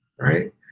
right